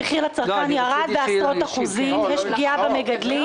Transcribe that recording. המחיר לצרכן ירד בעשרות אחוזים ויש פגיעה במגדלים.